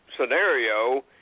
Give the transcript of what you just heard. scenario